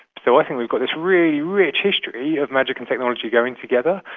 so i think we've got this really rich history of magic and technology going together.